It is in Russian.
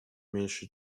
меньше